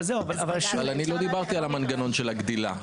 אבל אני לא דיברתי על המנגנון של הגדילה.